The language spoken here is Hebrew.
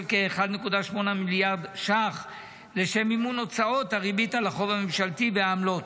כ-1.8 מיליארד ש"ח לשם מימון הוצאות הריבית על החוב הממשלתי והעמלות.